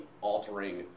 altering